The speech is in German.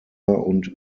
und